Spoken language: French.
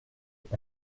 est